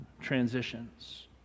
transitions